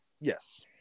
Yes